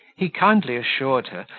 he kindly assured her,